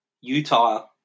utah